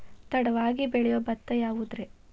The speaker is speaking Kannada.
ತಡವಾಗಿ ಬೆಳಿಯೊ ಭತ್ತ ಯಾವುದ್ರೇ?